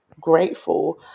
grateful